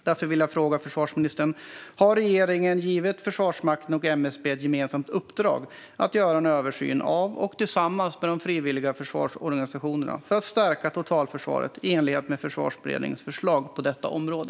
Därför vill jag fråga försvarsministern: Har regeringen givit Försvarsmakten och MSB ett gemensamt uppdrag att göra en sådan översyn tillsammans med de frivilliga försvarsorganisationerna för att stärka totalförsvaret i enlighet med Försvarsberedningens förslag på detta område?